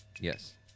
Yes